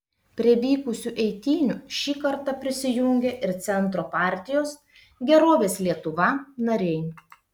prie vykusių eitynių šį kartą prisijungė ir centro partijos gerovės lietuva nariai